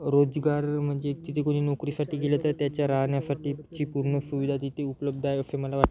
रोजगार म्हणजे तिथे कोणी नोकरीसाठी गेलं तर त्याच्या राहण्यासाठीची पूर्ण सुविधा तिथे उपलब्ध आहे असे मला वाटते